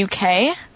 UK